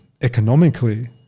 economically